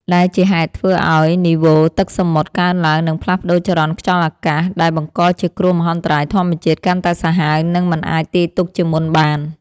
ដែលជាហេតុធ្វើឱ្យនីវ៉ូទឹកសមុទ្រកើនឡើង និងផ្លាស់ប្តូរចរន្តខ្យល់អាកាស ដែលបង្កជាគ្រោះមហន្តរាយធម្មជាតិកាន់តែសាហាវ និងមិនអាចទាយទុកជាមុនបាន។